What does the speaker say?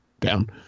Down